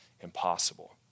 impossible